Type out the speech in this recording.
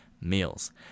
meals